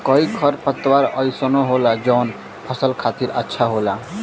कई खरपतवार अइसनो होला जौन फसल खातिर अच्छा होला